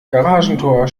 garagentor